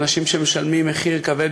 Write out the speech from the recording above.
אנשים שמשלמים מחיר כבד,